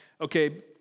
okay